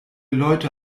leute